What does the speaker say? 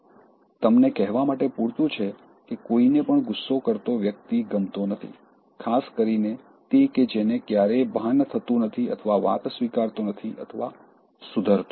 તમને કહેવા માટે પૂરતું છે કે કોઈને પણ ગુસ્સો કરતો વ્યક્તિ ગમતો નથી ખાસ કરીને તે કે જેને ક્યારેય ભાન થતું નથી અથવા વાત સ્વીકારતો નથી અથવા સુધરતો નથી